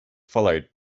followed